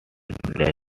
especially